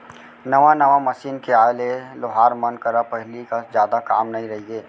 नवा नवा मसीन के आए ले लोहार मन करा पहिली कस जादा काम नइ रइगे